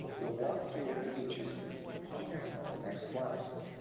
we'll walk through its features on the next slides.